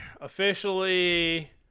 officially